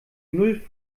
null